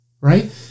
Right